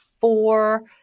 four